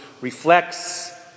reflects